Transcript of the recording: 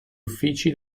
uffici